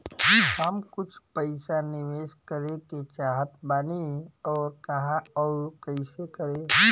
हम कुछ पइसा निवेश करे के चाहत बानी और कहाँअउर कइसे करी?